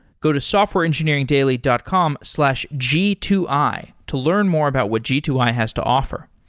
go to softwareengineeringdaily dot com slash g two i to learn more about what g two i has to offer.